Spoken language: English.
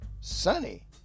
sunny